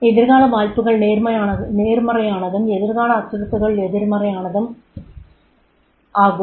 எதிர்கால வாய்ப்புகள் நேர்மறையானதும் எதிர்கால அச்சுறுத்தல்கள் எதிர்மறையானதும் ஆகும்